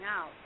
out